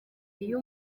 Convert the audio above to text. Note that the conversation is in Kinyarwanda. iyo